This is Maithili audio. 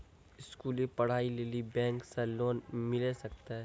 स्कूली पढ़ाई लेली बैंक से लोन मिले सकते?